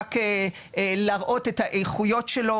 רק להראות את האיכויות שלו.